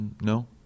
No